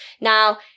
Now